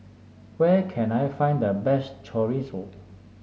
where can I find the best Chorizo